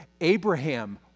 Abraham